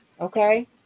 okay